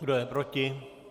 Kdo je proti?